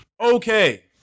Okay